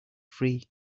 free